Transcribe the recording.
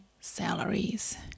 salaries